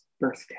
birthday